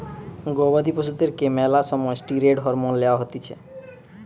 গবাদি পশুদেরকে ম্যালা সময় ষ্টিরৈড হরমোন লওয়া হতিছে